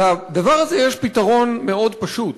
לדבר הזה יש פתרון מאוד פשוט: